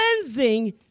cleansing